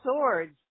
swords